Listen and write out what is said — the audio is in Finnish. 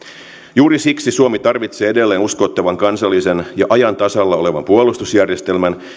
juuri siksi suomi tarvitsee edelleen uskottavan kansallisen ja ajan tasalla olevan puolustusjärjestelmän